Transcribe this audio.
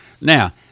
Now